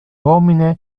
homine